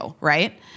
right